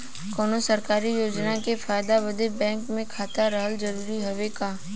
कौनो सरकारी योजना के फायदा बदे बैंक मे खाता रहल जरूरी हवे का?